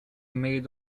made